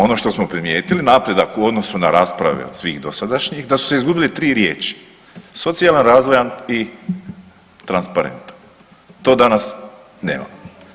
Ono što smo primijetili napredak u odnosu na rasprave od svih dosadašnjih da su se izgubile tri riječi socijalan, razvojan i transparentan to danas nemamo.